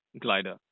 glider